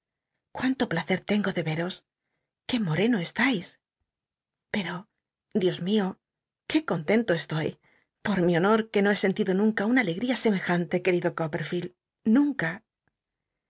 cuánto placer tengo de y eros c ué moreno cstais pero dios mio ué contento estoy j or mi honor que no he sentido nunca una alegría semejante querido copperfield nunca